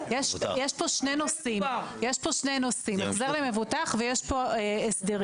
יש פה שני נושאים: החזר למבוטח והסדרים.